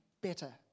better